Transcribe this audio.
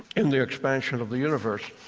in the expansion of the universe?